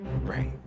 Right